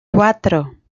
cuatro